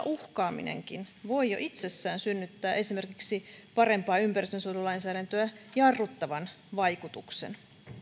uhkaaminenkin voi jo itsessään synnyttää esimerkiksi parempaa ympäristönsuojelulainsäädäntöä jarruttavan vaikutuksen